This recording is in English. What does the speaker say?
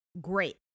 Great